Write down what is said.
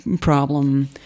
problem